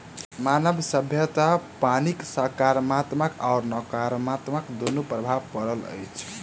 मानव सभ्यतापर पानिक साकारात्मक आ नाकारात्मक दुनू प्रभाव पड़ल अछि